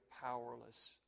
powerless